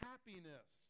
happiness